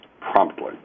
promptly